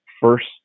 first